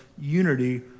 unity